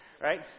right